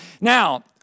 now